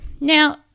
Now